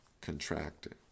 contracted